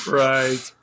right